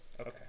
Okay